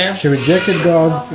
and she rejected god.